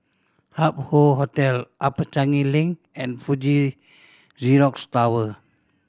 Hup Hoe Hotel Upper Changi Link and Fuji Xerox Tower